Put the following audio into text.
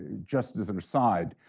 just as an aside,